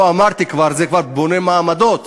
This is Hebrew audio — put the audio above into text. לא אמרתי, זה כבר בונה מעמדות.